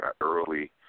early